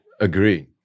agree